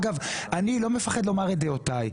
אגב, אני לא מפחד לומר את דעותיי.